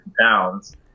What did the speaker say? pounds